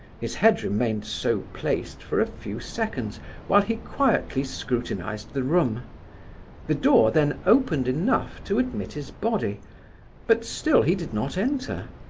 his head remained so placed for a few seconds while he quietly scrutinized the room the door then opened enough to admit his body but still he did not enter.